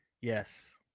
Yes